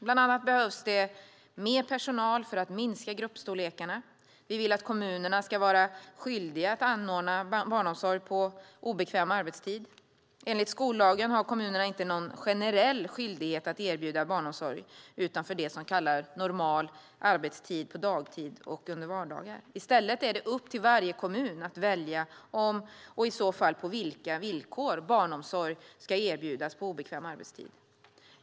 Bland annat behövs det mer personal för att minska gruppstorlekarna. Vi vill att kommunerna ska vara skyldiga att anordna barnomsorg på obekväm arbetstid. Enligt skollagen har kommuner ingen generell skyldighet att erbjuda barnomsorg utanför det som kallas normal arbetstid på dagtid och under vardagar. I stället är det upp till varje kommun att välja om och i så fall på vilka villkor barnomsorg ska erbjudas på obekväm arbetstid.